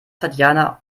tatjana